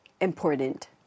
important